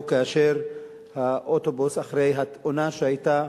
זו עמדה.